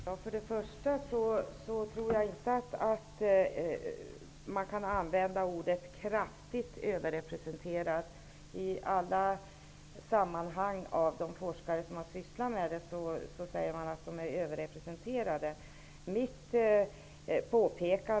Herr talman! Först och främst tror jag inte att man kan använda orden ''kraftigt överrepresenterade'' i alla sammanhang. De forskare som har sysslat med detta säger att de är överrepresenterade.